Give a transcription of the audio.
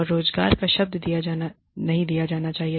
और रोज़गार का शब्द नहीं बनना चाहिए